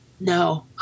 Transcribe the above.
No